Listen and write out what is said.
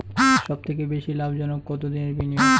সবথেকে বেশি লাভজনক কতদিনের বিনিয়োগ?